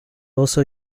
also